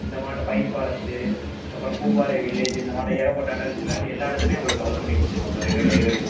இந்தமாட்டம் pine forest அப்புறம் Poombarai village இந்தமாட்டம் ஏகப்பட்ட இடம் இருக்கு சார் எல்லா எடத்தையுமே உங்களுக்கு கவர் பண்ணி கொடுத்துருவோம் சார் எங்கள் ட்ரைவரு